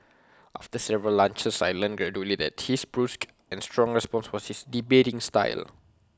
after several lunches I learnt gradually that his brusque and strong response was his debating style